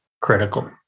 critical